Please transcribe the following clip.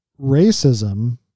racism